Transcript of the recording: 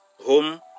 home